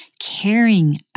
caring